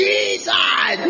Jesus